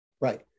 Right